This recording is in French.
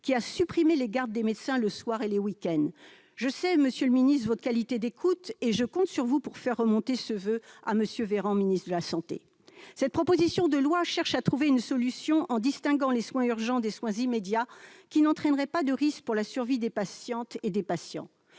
qui a supprimé les gardes des médecins le soir et le week-end. Ah oui ! Sachant votre qualité d'écoute, je compte sur vous pour faire remonter ce voeu à M. le ministre des solidarités et de la santé. Cette proposition de loi cherche à trouver une solution, en distinguant les soins urgents des soins immédiats, qui n'entraîneraient pas de risque pour la survie des patientes et des patients.